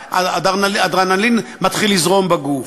והאדרנלין מתחיל לזרום בגוף.